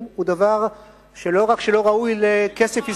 הוא דבר שלא רק שלא ראוי לכסף ישראלי,